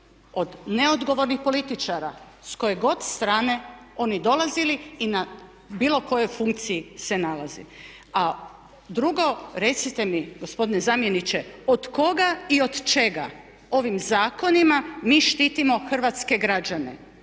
od neodgovornih političara s koje god strane oni dolazili i na bilo kojoj funkciji se nalazi. A drugo, recite mi gospodine zamjeniče od koga i od čega ovim zakonima mi štitimo hrvatske građane?